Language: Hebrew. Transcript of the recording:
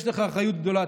יש לך אחריות גדולה.